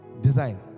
design